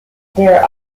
there